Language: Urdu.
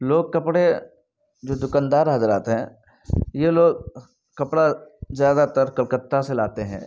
لوگ کپرے جو دکاندار حضرات ہیں یہ لوگ کپرا زیادہ تر کلکتہ سے لاتے ہیں